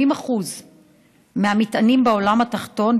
80% מהמטענים בעולם התחתון,